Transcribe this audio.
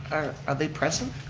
are they present?